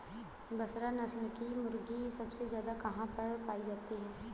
बसरा नस्ल की मुर्गी सबसे ज्यादा कहाँ पर पाई जाती है?